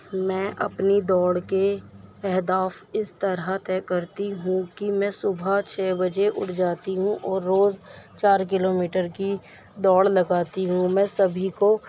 میں اپنی دوڑ کے اہداف اس طرح طے کرتی ہوں کہ میں صبح چھ بجے اٹھ جاتی ہوں اور روز چار کلو میٹر کی دوڑ لگاتی ہوں میں سبھی کو